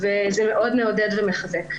וזה מאוד מעודד ומחזק.